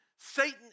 Satan